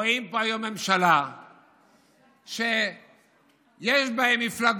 רואים פה היום ממשלה שיש בה מפלגות,